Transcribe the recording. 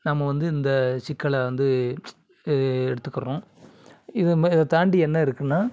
நம்ம வந்து இந்த சிக்கலை வந்து எடுத்துக்கிறோம் இதைமேரி தாண்டி என்ன இருக்குதுன்னா